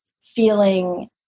feeling